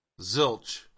Zilch